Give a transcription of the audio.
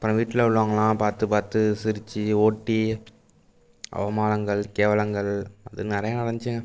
பிறகு வீட்டில் உள்ளவங்களெல்லாம் பார்த்துப் பார்த்து சிரிச்சு ஓட்டி அவமானங்கள் கேவலங்கள் அது நிறைய நடந்துச்சுங்க